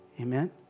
Amen